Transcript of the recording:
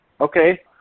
okay